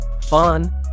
fun